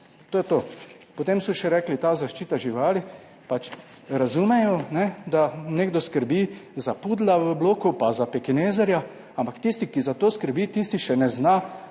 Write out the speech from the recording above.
To je to. Potem so še rekli, ta zaščita živali, pač razumejo, da nekdo skrbi za pudlja v bloku, pa za pekinezerja. Ampak tisti, ki za to skrbi, tisti še ne zna